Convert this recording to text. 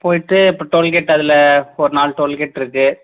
போய்ட்டு இப்போ டோல்கேட் அதில் ஒரு நாலு டோல்கேட்டுருக்கு